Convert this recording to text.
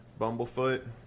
Bumblefoot